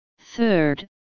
Third